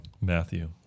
Matthew